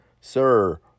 sir